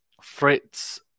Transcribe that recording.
Fritz